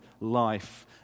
life